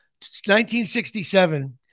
1967